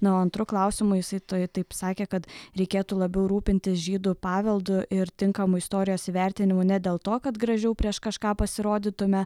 na o antru klausimu jisai tai taip sakė kad reikėtų labiau rūpintis žydų paveldu ir tinkamu istorijos įvertinimu ne dėl to kad gražiau prieš kažką pasirodytume